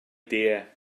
dear